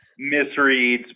Misreads